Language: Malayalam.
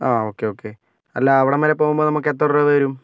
ആ ഓകെ ഓകെ അല്ല അവിടം വരെ പോകുമ്പോൾ നമ്മൾക്കെത്ര രൂപ വരും